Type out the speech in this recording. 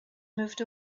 moved